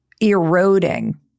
eroding